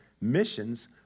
missions